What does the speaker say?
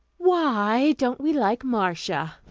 why don't we like marcia?